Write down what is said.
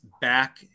back